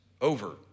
over